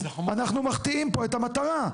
אנחנו מחטיאים פה את המטרה.